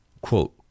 Quote